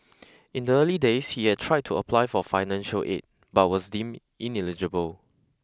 in the early days he had tried to apply for financial aid but was deemed ineligible